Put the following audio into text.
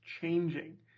changing